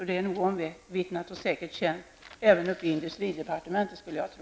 Detta är nog omvittnat och säkert känt även i industridepartementet, skulle jag tro.